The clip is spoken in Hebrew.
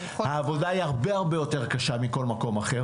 העבודה היא הרבה יותר קשה מכל מקום אחר